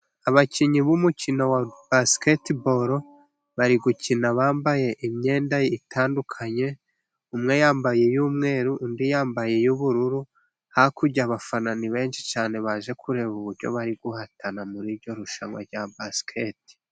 Abakinnyi b'umukino wa basiketeboro bari gukina bambaye imyenda itandukanye, umwe yambaye iy'umweru, undi yambaye iy'ubururu, hakurya abafana ni benshi cyane, baje kureba uburyo bari guhatana, muri iryo rushanwa rya basike.